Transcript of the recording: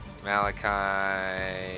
Malachi